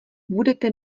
budete